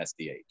SDH